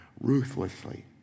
ruthlessly